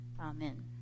Amen